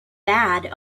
bad